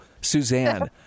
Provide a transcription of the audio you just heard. Suzanne